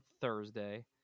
Thursday